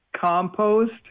compost